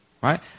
Right